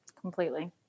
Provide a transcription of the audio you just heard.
Completely